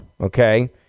okay